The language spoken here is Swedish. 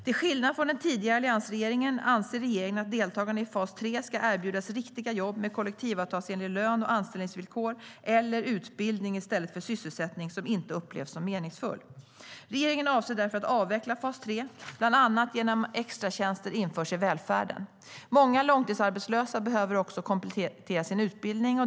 Till skillnad från den tidigare alliansregeringen anser regeringen att deltagarna i fas 3 ska erbjudas riktiga jobb med kollektivavtalsenlig lön och anställningsvillkor eller utbildning i stället för sysselsättning som inte upplevs som meningsfull. Regeringen avser därför att avveckla fas 3, bland annat genom att extratjänster införs i välfärden. Många långtidsarbetslösa behöver också komplettera sin utbildning.